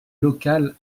local